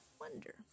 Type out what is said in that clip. wonder